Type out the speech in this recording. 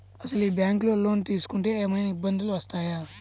అసలు ఈ బ్యాంక్లో లోన్ తీసుకుంటే ఏమయినా ఇబ్బందులు వస్తాయా?